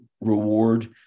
reward